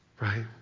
right